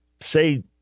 say